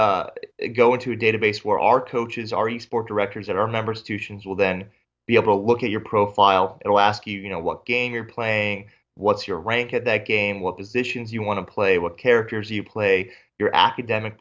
go into a database where our coaches are use for directors and our members to sions will then be able to look at your profile ill ask you you know what game you're playing what's your rank at that game what positions you want to play what characters you play your academic